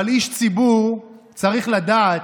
אבל איש ציבור צריך לדעת,